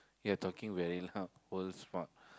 you're talking very loud old spot